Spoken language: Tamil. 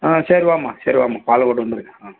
ஆ சரி வாம்மா சரி வாம்மா பாலக்கோடு வந்துடுங்க ஆ